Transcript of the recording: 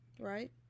right